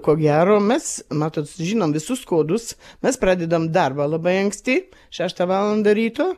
ko gero mes matot žinom visus kodus mes pradedam darbą labai anksti šeštą valandą ryto